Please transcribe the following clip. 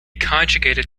conjugated